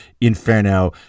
Inferno